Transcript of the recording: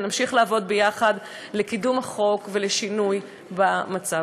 ונמשיך לעבוד ביחד לקידום החוק ולשינוי במצב.